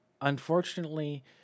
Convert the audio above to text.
unfortunately